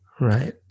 Right